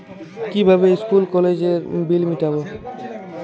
কিভাবে স্কুল কলেজের বিল মিটাব?